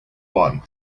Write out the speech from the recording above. one